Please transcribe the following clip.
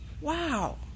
Wow